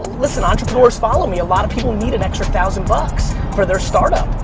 listen, entrepreneurs follow me, a lot of people need an extra thousand bucks for their startup.